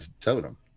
totem